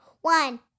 One